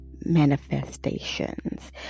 manifestations